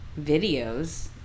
videos